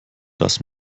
das